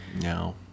no